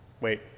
Wait